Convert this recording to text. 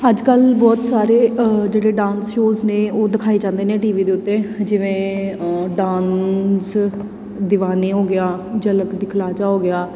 ਅੱਜ ਕੱਲ੍ਹ ਬਹੁਤ ਸਾਰੇ ਜਿਹੜੇ ਡਾਂਸ ਸ਼ੋਜ ਨੇ ਉਹ ਦਿਖਾਏ ਜਾਂਦੇ ਨੇ ਟੀ ਵੀ ਦੇ ਉੱਤੇ ਜਿਵੇਂ ਡਾਂਸ ਦੀਵਾਨੇ ਹੋ ਗਿਆ ਝਲਕ ਦਿਖਲਾ ਜਾ ਹੋ ਗਿਆ